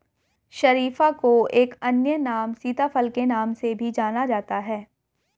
शरीफा को एक अन्य नाम सीताफल के नाम से भी जाना जाता है